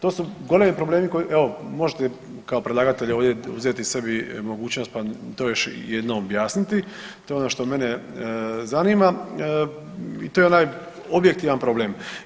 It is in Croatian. To su golemi problemi koji, evo možete kao predlagatelj ovdje uzeti sebi mogućnost, pa to još jednom objasniti, to je ono što mene zanima i to je onaj objektivan problem.